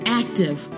active